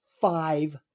five